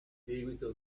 seguito